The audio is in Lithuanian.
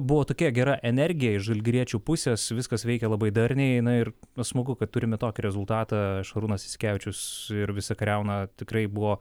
buvo tokia gera energija iš žalgiriečių pusės viskas veikė labai darniai na ir na smagu kad turime tokį rezultatą šarūnas jasikevičius ir visa kariauna tikrai buvo